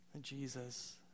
Jesus